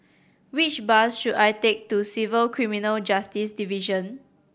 which bus should I take to Civil Criminal Justice Division